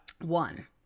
One